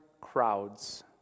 crowds